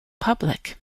public